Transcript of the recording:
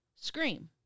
Scream